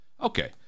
Okay